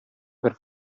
per